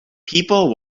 people